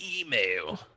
email